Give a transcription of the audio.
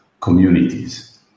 communities